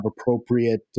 appropriate